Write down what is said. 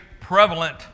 prevalent